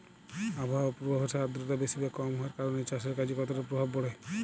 আবহাওয়ার পূর্বাভাসে আর্দ্রতা বেশি বা কম হওয়ার কারণে চাষের কাজে কতটা প্রভাব পড়ে?